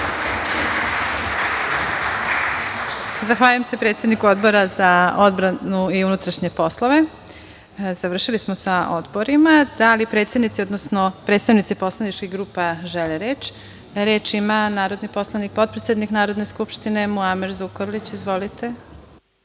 Zahvaljujem se predsedniku Odbora za odbranu i unutrašnje poslove. Završili smo sa odborima. Da li predsednici, odnosno predstavnici poslaničkih grupa žele reč? (Da.)Reč ima narodni poslanik, potpredsednik Narodne skupštine Muamer Zukorlić. Izvolite.